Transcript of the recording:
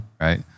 right